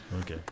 Okay